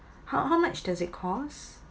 how how much does it cost